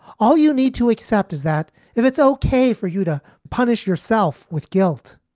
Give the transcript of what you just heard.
all you need to accept is that if it's okay for you to punish yourself with guilt,